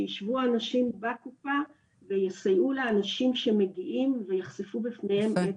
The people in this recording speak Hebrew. שיישבו אנשים בקופה ויסייעו לאנשים שמגיעים ויחשפו בפניהם --- יפה.